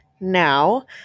Now